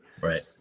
Right